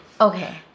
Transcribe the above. Okay